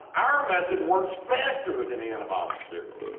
our method works faster than anabolic steroids.